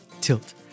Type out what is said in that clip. Tilt